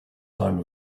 time